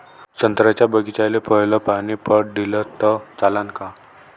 संत्र्याच्या बागीचाले पयलं पानी पट दिलं त चालन का?